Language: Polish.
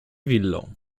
willą